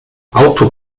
auto